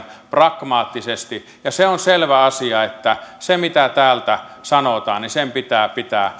pragmaattisesti se on selvä asia että sen mitä täältä sanotaan pitää pitää